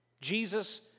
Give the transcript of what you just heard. Jesus